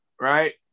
right